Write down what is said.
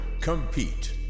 Compete